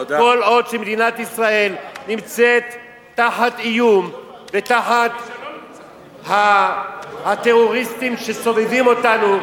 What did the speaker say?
כל עוד מדינת ישראל נמצאת תחת איום ותחת הטרוריסטים שסובבים אותנו,